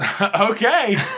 Okay